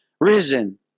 risen